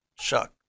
Shuck